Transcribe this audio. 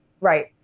right